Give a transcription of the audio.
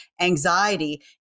anxiety